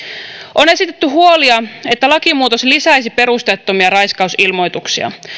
on esitetty huolia että lakimuutos lisäisi perusteettomia raiskausilmoituksia